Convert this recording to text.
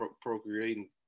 procreating